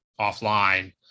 offline